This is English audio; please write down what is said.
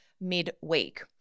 midweek